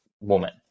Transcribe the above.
woman